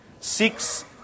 Six